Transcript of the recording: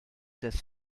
des